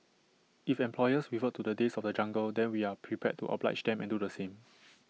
if employers revert to the days of the jungle then we are prepared to oblige them and do the same